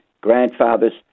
grandfathers